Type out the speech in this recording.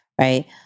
right